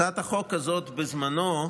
הצעת החוק הזאת בזמנו,